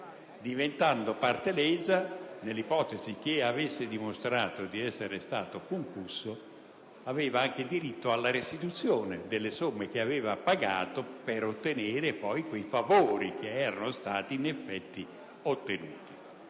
diventando parte lesa, nell'ipotesi che riuscisse a dimostrare di essere stato concusso, aveva anche diritto alla restituzione delle somme pagate per ottenere i favori che erano stati in effetti ottenuti.